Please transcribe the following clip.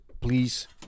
please